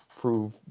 prove